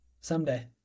Someday